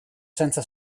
senza